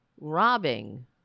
robbing